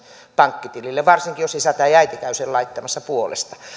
pankkitilille varsinkin jos isä tai äiti käy sen laittamassa puolesta